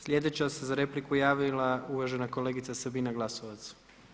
Sljedeća se za repliku javila uvažena kolegica Sabina Glasovac.